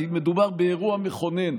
כי מדובר באירוע מכונן.